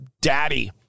daddy